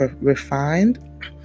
refined